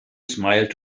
smiled